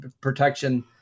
protection